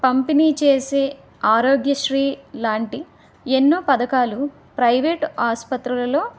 పంపిణీ చేసే ఆరోగ్యశ్రీ లాంటి ఎన్నో పథకాలు ప్రైవేటు ఆసుపత్రులలో